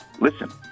Listen